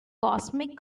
cosmic